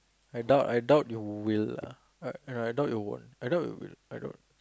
I doubt I doubt you will ah I I doubt you won't I doubt you will I don't